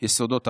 יסודות החירות,